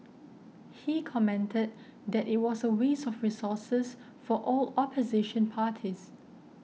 he commented that it was a waste of resources for all opposition parties